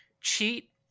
cheat